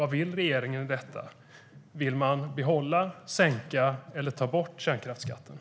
Vad vill regeringen? Vill man behålla, sänka eller ta bort kärnkraftsskatten?